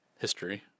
history